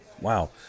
Wow